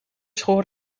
schoor